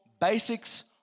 basics